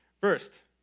First